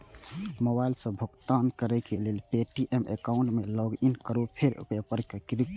mobile सं भुगतान करै लेल पे.टी.एम एकाउंट मे लॉगइन करू फेर पे पर क्लिक करू